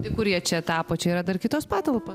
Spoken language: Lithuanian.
tie kur jie čia tapo čia yra dar kitos patalpos